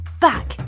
back